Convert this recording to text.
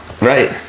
right